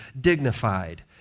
dignified